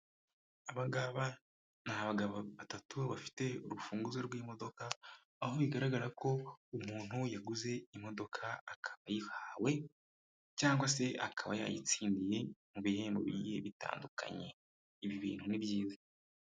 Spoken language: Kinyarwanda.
Abangaba ni abagabo batatu bafite urufunguzo rw'imodoka, aho bigaragara ko umuntu yaguze imodoka aka ayihawe, cyangwa se akaba yayitsindiye mu bihembo bihe bitandukanye. Ibi bintu ni byiza.